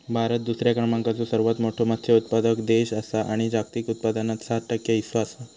भारत दुसऱ्या क्रमांकाचो सर्वात मोठो मत्स्य उत्पादक देश आसा आणि जागतिक उत्पादनात सात टक्के हीस्सो आसा